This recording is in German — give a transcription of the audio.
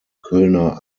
kölner